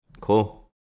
Cool